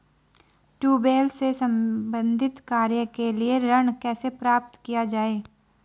Tubewell से संबंधित कार्य के लिए ऋण कैसे प्राप्त किया जाए?